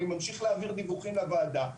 אני ממשיך להעביר דיווחים לוועדה,